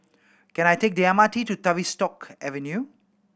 can I take the M R T to Tavistock Avenue